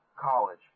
college